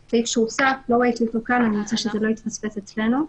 (1)בלי לגרוע מהוראות סעיף 240(א) לחוק השיפוט הצבאי,